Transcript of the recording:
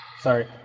Sorry